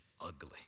ugly